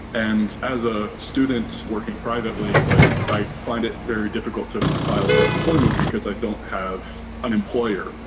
and as a student working privately, like i find it very difficult to file for unemployment because i don't have an employer.